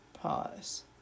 pause